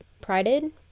prided